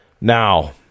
Now